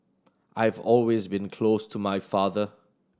I have always been close to my father